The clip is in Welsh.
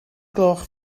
gloch